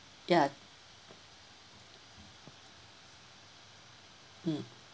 ya mm